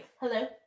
Hello